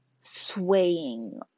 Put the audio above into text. swaying